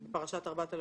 פרשת 4000